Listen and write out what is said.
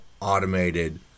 automated